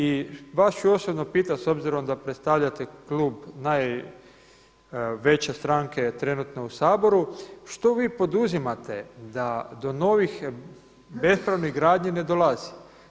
I vas ću osobno pitati s obzirom da predstavljate klub najveće stranke trenutno u Saboru, što vi poduzimate da do novih bespravnih gradnji ne dolazi?